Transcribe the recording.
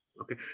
Okay